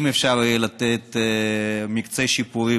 אם אפשר יהיה לתת מקצה שיפורים,